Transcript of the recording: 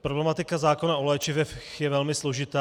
Problematika zákona o léčivech je velmi složitá.